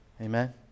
Amen